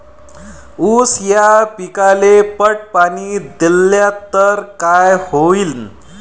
ऊस या पिकाले पट पाणी देल्ल तर काय होईन?